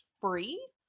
free